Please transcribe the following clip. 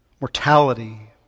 mortality